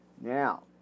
Now